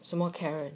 什么 carrot